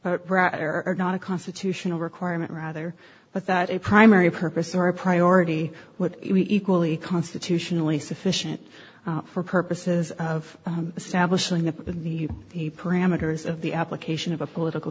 are not a constitutional requirement rather but that a primary purpose or a priority what we equally constitutionally sufficient for purposes of establishing the the parameters of the application of a political